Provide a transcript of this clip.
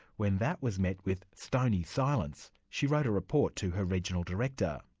when that was met with stony silence, she wrote a report to her regional director.